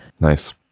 Nice